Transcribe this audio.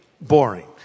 boring